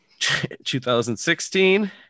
2016